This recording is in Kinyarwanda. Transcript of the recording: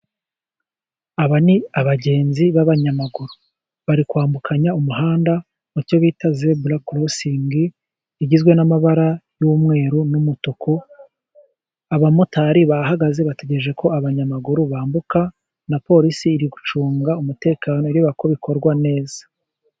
Aba ni abagenzi b'abanyamaguru, bari kwambukanya umuhanda, icyo bita zebura korosingi, igizwe n'amabara y'umweru n'umutuku, abamotari bahagaze, bategereje ko abanyamaguru bambuka, na porisi iri gucunga umutekano, ireba ko bikorwa neza.